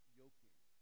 yoking